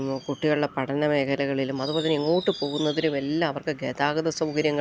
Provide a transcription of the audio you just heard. കുട്ടികളുടെ പഠന മേഖലകളിലും അതുപോലെ തന്നെ എങ്ങോട്ട് പോകുന്നതിനും എല്ലാം അവർക്ക് ഗതാഗത സൗകര്യങ്ങള്